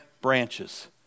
branches